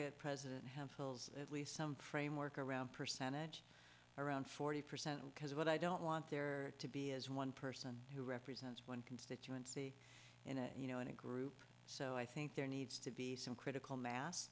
at president have holes at least some framework around percentage around forty percent because what i don't want there to be is one person who represents that you won't see in a you know in a group so i think there needs to be some critical mass